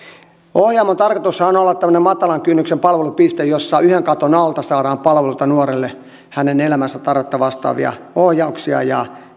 ohjaamon tarkoitushan on on olla tämmöinen matalan kynnyksen palvelupiste jossa yhden katon alta saadaan palveluita nuorelle hänen elämänsä tarvetta vastaavia ohjauksia ja